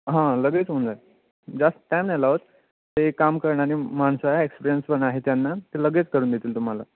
हां लगेच होऊन जाईल जास्त टाईम नाही लावत ते काम करणारी माणसं आहे एक्सपिरियन्स पण आहे त्यांना ते लगेच करून देतील तुम्हाला